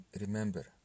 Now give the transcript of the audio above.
remember